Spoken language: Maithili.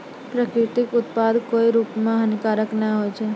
प्राकृतिक उत्पाद कोय रूप म हानिकारक नै होय छै